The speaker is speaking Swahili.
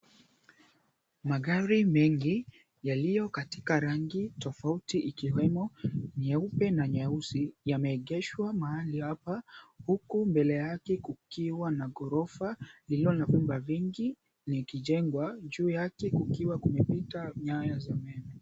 Magari mingi yaliyo katika rangi tofauti, ikiwemo nyeupe na nyeusi, yameegeshwa mahali hapa, huku mbele yake kukiwa na ghorofa lililo na vyuma vingi likijengwa; juu yake kukiwa kumepita nyayo za umeme.